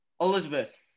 elizabeth